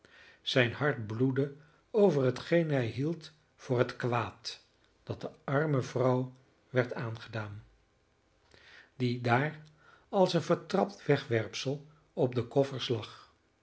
zijn hart bloedde over hetgeen hij hield voor het kwaad dat de arme vrouw werd aangedaan die daar als een vertrapt wegwerpsel op de koffers lag